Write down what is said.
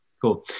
cool